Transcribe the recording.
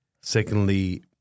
Secondly